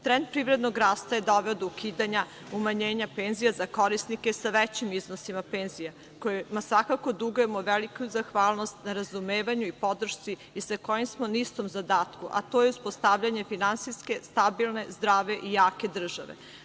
Trend privrednog rasta je doveo do ukidanja umanjenja penzija za korisnike sa većim iznosima penzija kojima svakako dugujemo veliku zahvalnost na razumevanju i podršci i sa kojima smo na istom zadatku, a to je uspostavljanje finansijske, stabilne, zdrave i jake države.